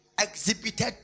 exhibited